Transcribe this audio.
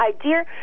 idea